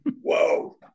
Whoa